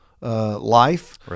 Life